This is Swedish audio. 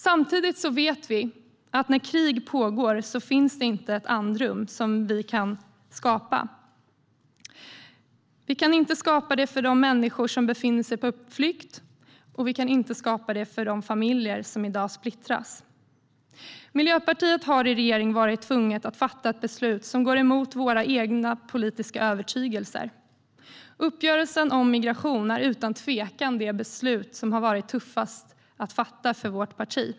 Samtidigt vet vi att när krig pågår går det inte att skapa andrum. Vi kan inte skapa andrum för de människor som befinner sig på flykt, och vi kan inte skapa andrum för de familjer som i dag splittras. Miljöpartiet har i regeringen varit tvunget att fatta ett beslut som går emot våra politiska övertygelser. Uppgörelsen om migration är utan tvivel det beslut som har varit tuffast att fatta för vårt parti.